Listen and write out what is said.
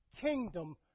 kingdom